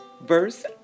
verse